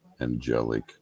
angelic